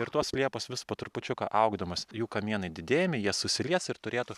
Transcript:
ir tos liepos vis po trupučiuką augdamos jų kamienai didėjami jie susilies ir turėtų